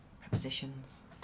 prepositions